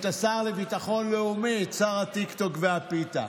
את השר לביטחון לאומי, את שר הטיקטוק והפיתה.